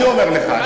אני אומר לך,